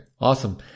Awesome